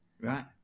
Right